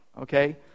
Okay